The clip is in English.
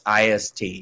ist